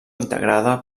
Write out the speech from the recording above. integrada